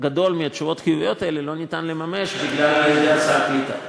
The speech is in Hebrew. גדול מהתשובות החיוביות האלה אי-אפשר לממש בגלל היעדר סל קליטה.